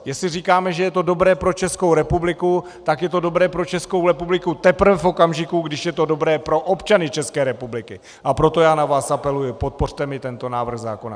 Jestli říkáme, že je to dobré pro Českou republiku, tak je to dobré pro Českou republiku teprve v okamžiku, když je to dobré pro občany České republiky, a proto na vás apeluji, podpořte mi tento návrh zákona!